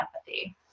empathy